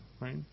right